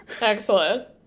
excellent